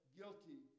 guilty